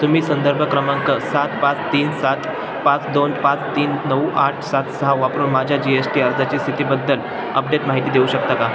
तुम्ही संदर्भ क्रमांक सात पाच तीन सात पाच दोन पाच तीन नऊ आठ सात सहा वापरून माझ्या जी एस टी अर्जाची स्थितीबद्दल अपडेट माहिती देऊ शकता का